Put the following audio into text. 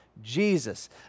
jesus